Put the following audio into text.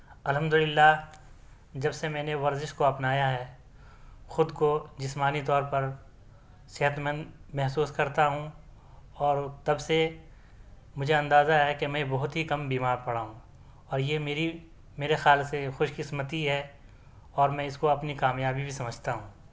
الحمد للہ جب سے میں نے ورزش کو اپنایا ہے خود کو جسمانی طور پر صحتمند محسوس کرتا ہوں اور تب سے مجھے اندازہ ہے کہ میں بہت ہی کم بیمار پڑا ہوں اور یہ میری میرے خیال سے خوش قمستی ہے اور میں اس کو اپنی کامیابی بھی سمجھتا ہوں